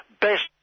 best